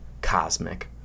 cosmic